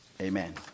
Amen